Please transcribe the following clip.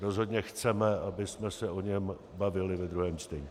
Rozhodně chceme, abychom se o něm bavili ve druhém čtení.